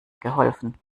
geholfen